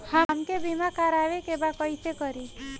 हमका बीमा करावे के बा कईसे करी?